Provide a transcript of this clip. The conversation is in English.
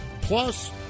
Plus